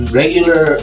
regular